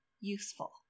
useful